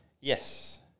Yes